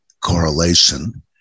correlation